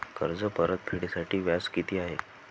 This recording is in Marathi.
कर्ज परतफेडीसाठी व्याज किती आहे?